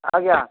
ଆଜ୍ଞା